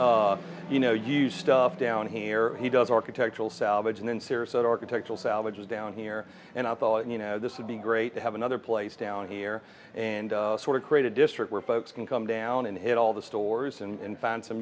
already you know used stuff down here he does architectural salvage and in serious architectural salvage down here and i thought you know this would be great to have another place down here and sort of create a district where folks can come down and hit all the stores and found some